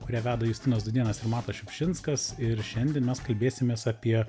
kurią veda justinas dudėnas ir matas šiupšinskas ir šiandien mes kalbėsimės apie